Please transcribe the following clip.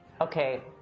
Okay